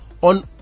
On